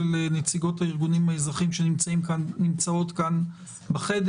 נציגות הארגונים האזרחיים שנמצאות כאן בחדר.